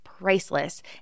priceless